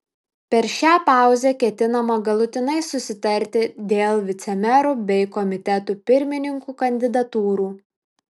per šią pauzę ketinama galutinai susitarti dėl vicemerų bei komitetų pirmininkų kandidatūrų